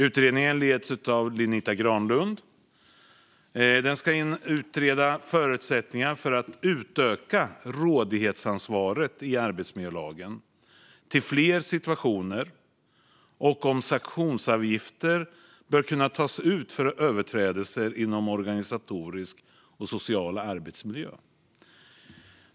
Utredningen leds av Lenita Granlund som ska undersöka förutsättningar för att utöka rådighetsansvaret i arbetsmiljölagen till fler situationer och om sanktionsavgifter bör kunna tas ut för överträdelser inom organisatorisk och social arbetsmiljö.